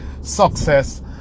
success